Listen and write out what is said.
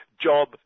job